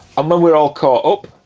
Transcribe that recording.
um ah we're all caught up,